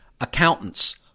accountants